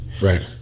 Right